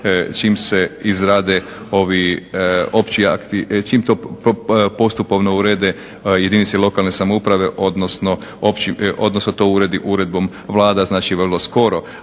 čim se izrade ovi opći akti, čim to postupovno urede jedinice lokalne samouprave, odnosno to uredi uredbom Vlada. Znači vrlo skoro.